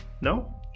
No